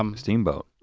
um steam boat.